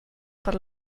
per